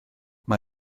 mae